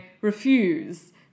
refuse